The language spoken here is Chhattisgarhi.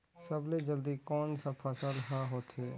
सबले जल्दी कोन सा फसल ह होथे?